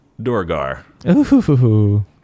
Dorgar